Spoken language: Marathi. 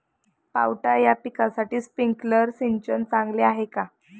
पावटा या पिकासाठी स्प्रिंकलर सिंचन चांगले आहे का?